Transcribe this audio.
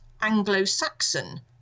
Anglo-Saxon